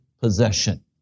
possession